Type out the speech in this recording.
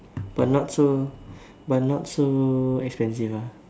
but not so but not so expensive ah